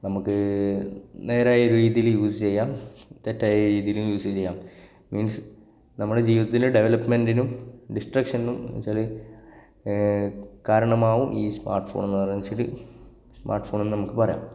നമുക്ക് നേരായ രീതിയിൽ യൂസ് ചെയ്യാം തെറ്റായ രീതിയിലും യൂസ് ചെയ്യാം മീന്സ് നമ്മുടെ ജീവിതത്തിലെ ഡെവലപ്പ്മെന്റ്നും ഡിസ്ട്രക്ഷനും എന്നുവെച്ചാൽ കാരണമാകും ഈ സ്മാര്ട്ട് ഫോണെന്നു പറഞ്ഞത് എന്നുവെച്ചാൽ സ്മാര്ട്ട് ഫോണെന്നു നമുക്ക് പറയാം